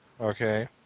Okay